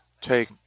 Take